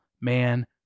man